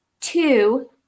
two